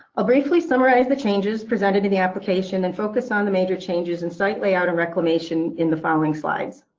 i'll briefly summarize the changes presented in the application and focus on the major changes and site layout of reclamation in the following slides.